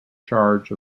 charge